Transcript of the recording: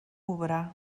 obrar